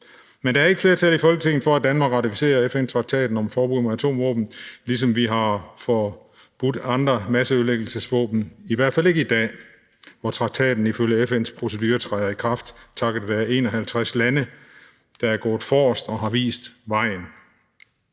Men der er ikke flertal i Folketinget for, at Danmark ratificerer FN-traktaten om et forbud mod atomvåben, ligesom vi har forbudt andre masseødelæggelsesvåben, i hvert fald ikke i dag, hvor traktaten ifølge FN's procedure træder i kraft takket være 51 lande, der er gået forrest og har vist vejen.